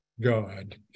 God